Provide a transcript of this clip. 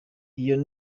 iyo